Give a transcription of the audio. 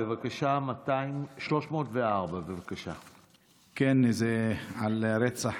בבקשה, 304. זה על רצח